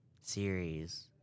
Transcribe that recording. series